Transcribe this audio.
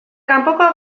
kanpokoa